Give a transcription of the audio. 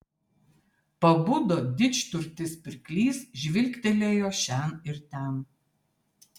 pabudo didžturtis pirklys žvilgtelėjo šen ir ten